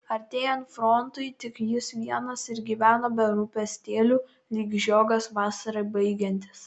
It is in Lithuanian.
artėjant frontui tik jis vienas ir gyveno be rūpestėlių lyg žiogas vasarai baigiantis